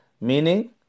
meaning